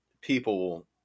people